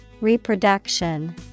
Reproduction